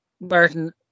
Martin